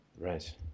Right